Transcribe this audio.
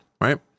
Right